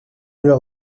leur